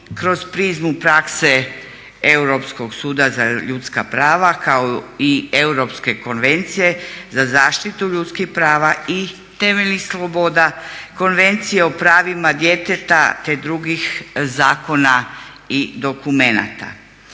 kroz prizmu prakse Europskog suda za ljudska prava kao i Europske konvencije za zaštitu ljudskih prava i temeljnih sloboda, Konvencije o pravima djeteta te drugih zakona i dokumenata.